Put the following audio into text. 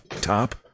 top